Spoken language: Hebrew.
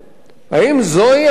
האם זוהי המתכונת,